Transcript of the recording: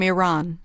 Iran